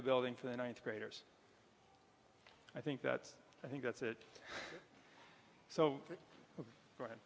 the building for the ninth graders i think that's i think that's it so